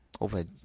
over